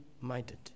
minded